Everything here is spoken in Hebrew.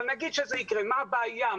נגיד שזה יקרה, מה הבעיה?